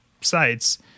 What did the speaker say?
sites